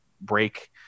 break